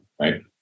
Right